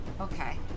Okay